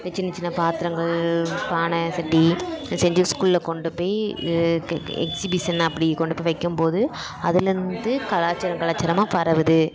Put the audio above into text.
இந்தச் சின்ன சின்ன பாத்திரங்கள் பானை சட்டி செஞ்சு ஸ்கூலில் கொண்டு போய் க எக்ஸிபிசன் அப்படி கொண்டு போய் வைக்கும் போது அதுலேருந்து கலாச்சாரம் கலாச்சாரமாக பரவுது